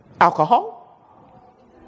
Alcohol